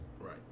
Right